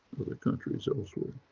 for the countries elsewhere.